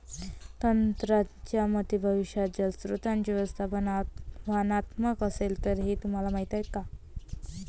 तज्ज्ञांच्या मते भविष्यात जलस्रोतांचे व्यवस्थापन आव्हानात्मक असेल, हे तुम्हाला माहीत आहे का?